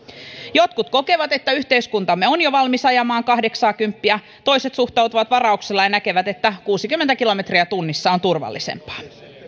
jotkut kokevat että yhteiskuntamme on jo valmis ajamaan kahdeksaakymppiä toiset suhtautuvat varauksella ja näkevät että kuusikymmentä kilometriä tunnissa on turvallisempaa